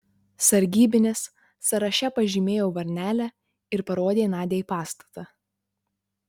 sargybinis sąraše pažymėjo varnelę ir parodė nadiai pastatą